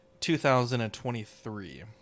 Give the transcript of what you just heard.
2023